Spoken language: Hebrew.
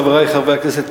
חברי חברי הכנסת,